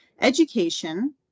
education